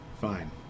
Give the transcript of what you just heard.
fine